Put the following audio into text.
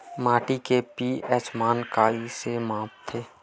माटी के पी.एच मान कइसे मापथे?